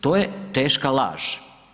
To je teška laž.